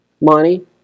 Money